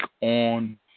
on